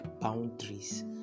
boundaries